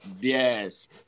Yes